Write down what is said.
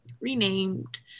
renamed